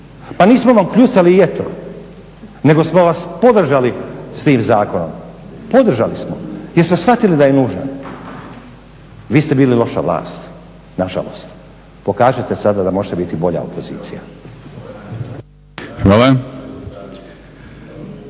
Pa nismo vam kljucali jetru, nego smo vas podržali s tim zakonom, podržali smo jer smo shvatili da je nužan. Vi ste bili loša vlast, na žalost. Pokažite sada da možete biti bolja opozicija.